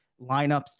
lineups